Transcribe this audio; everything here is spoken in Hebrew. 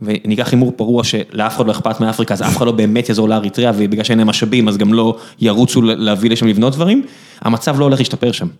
וניקח אימור פרוע שלאף אחד לא אכפת מאפריקה, אז אף אחד לא באמת יעזור לאריתריאה ובגלל שאין להם משאבים אז גם לא ירוצו להביא לשם לבנות דברים, המצב לא הולך להשתפר שם.